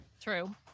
True